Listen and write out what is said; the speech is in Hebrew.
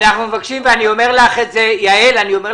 אני אומר לך את זה בידידות